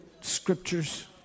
scriptures